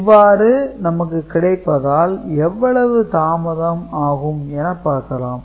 இவ்வாறு நமக்கு கிடைப்பதால் எவ்வளவு தாமதம் ஆகும் என பார்க்கலாம்